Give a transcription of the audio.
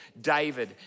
David